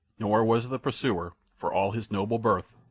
nor was the pursuer, for all his noble birth,